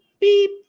beep